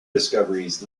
discoveries